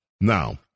Now